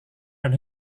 dan